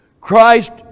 Christ